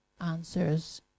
Answers